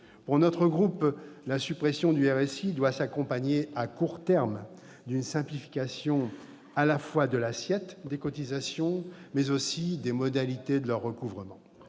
Pour notre groupe, la suppression du RSI doit s'accompagner, à court terme, d'une simplification à la fois de l'assiette des cotisations, mais aussi des modalités de leur recouvrement.